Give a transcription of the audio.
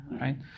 right